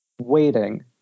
waiting